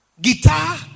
Guitar